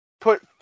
put